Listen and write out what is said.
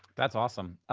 that's awesome.